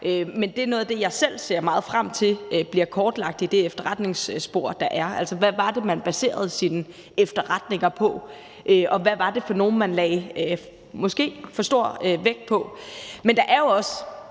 Men det er noget af det, jeg selv ser meget frem til bliver kortlagt i det efterretningsspor, der er. Altså, hvad var det, man baserede sine efterretninger på, og hvad var det for nogle, man – måske – lagde for stor vægt på. Men der er jo også